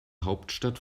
hauptstadt